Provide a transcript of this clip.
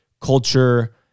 culture